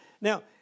Now